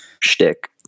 shtick